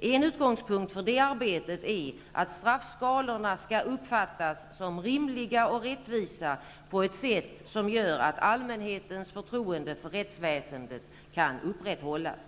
En utgångspunkt för det arbetet är att straffskalorna skall uppfattas som rimliga och rättvisa på ett sätt som gör att allmänhetens förtroende för rättsväsendet kan upprätthållas.